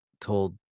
told